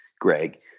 Greg